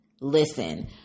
Listen